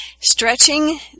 stretching